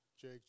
Jake